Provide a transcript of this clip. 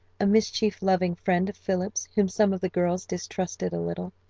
a mischief loving friend of philip's whom some of the girls distrusted a little.